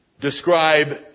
describe